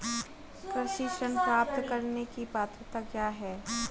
कृषि ऋण प्राप्त करने की पात्रता क्या है?